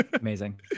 Amazing